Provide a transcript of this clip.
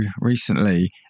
recently